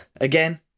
again